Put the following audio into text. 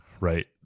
right